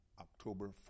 October